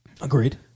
Agreed